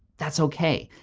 that's okay.